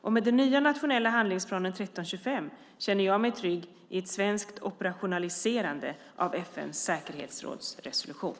Och med den nya nationella handlingsplanen 1325 känner jag mig trygg i ett svenskt operationaliserande av FN:s säkerhetsrådsresolution.